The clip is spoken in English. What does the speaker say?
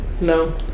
No